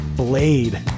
blade